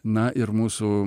na ir mūsų